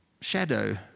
shadow